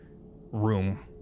room